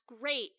great